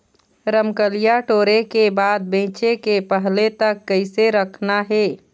रमकलिया टोरे के बाद बेंचे के पहले तक कइसे रखना हे?